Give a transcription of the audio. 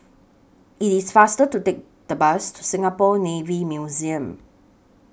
IT IS faster to Take The Bus to Singapore Navy Museum